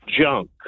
junk